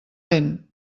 lent